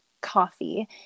coffee